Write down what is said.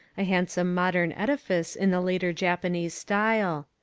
a handsome modern edifice in the later japanese style.